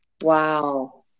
Wow